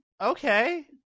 okay